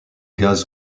gaz